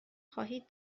خواهید